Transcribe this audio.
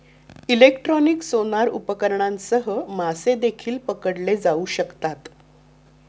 electronic sonar उपकरणांसह मासे देखील पकडले जाऊ शकतात